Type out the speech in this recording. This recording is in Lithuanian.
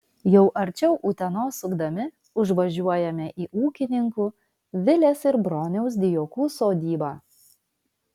jau arčiau utenos sukdami užvažiuojame į ūkininkų vilės ir broniaus dijokų sodybą